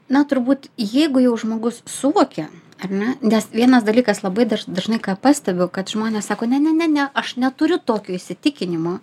na turbūt jeigu jau žmogus suvokia ar ne nes vienas dalykas labai daž dažnai pastebiu kad žmonės sako ne ne ne ne aš neturiu tokio įsitikinimo